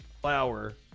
flour